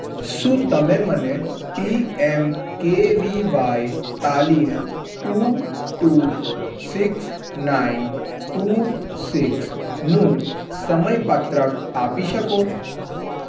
શું તમે મને P M K V Y તાલીમ two two six nine two સિક્સનું સમયપત્રક આપી શકો